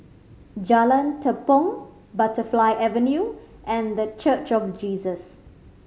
Jalan Tepong Butterfly Avenue and The Church of Jesus